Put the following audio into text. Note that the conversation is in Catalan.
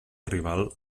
rival